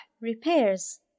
repairs